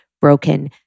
broken